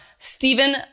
Stephen